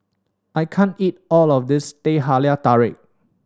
I can't eat all of this Teh Halia Tarik